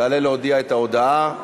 תעלה להודיע את ההודעה.